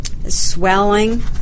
swelling